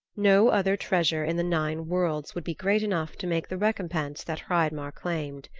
no other treasure in the nine worlds would be great enough to make the recompense that hreidmar claimed.